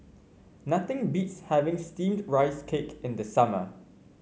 nothing beats having steamed Rice Cake in the summer